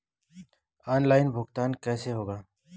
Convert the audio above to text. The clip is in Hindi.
ऑनलाइन भुगतान कैसे होगा?